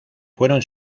fueron